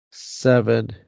seven